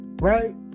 right